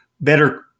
better